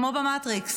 כמו במטריקס,